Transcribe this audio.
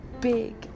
big